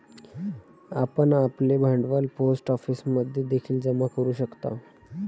आपण आपले भांडवल पोस्ट ऑफिसमध्ये देखील जमा करू शकता